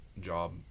job